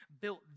built